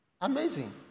Amazing